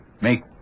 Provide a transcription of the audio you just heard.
Make